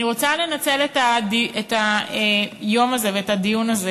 אני רוצה לנצל את היום הזה ואת הדיון הזה